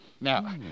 now